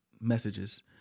messages